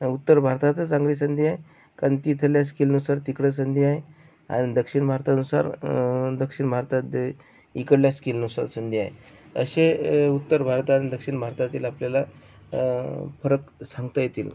उत्तर भारतातही चांगली संधी आहे कारण तिथल्या स्किलनुसार तिकडे संधी आहे आणि दक्षिण भारतानुसार दक्षिण भारतात इकडल्या स्किलनुसार संधी आहे असे उत्तर भारत आणि दक्षिण भारतातील आपल्याला फरक सांगता येतील